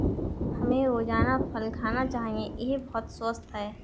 हमें रोजाना फल खाना चाहिए, यह बहुत स्वस्थ है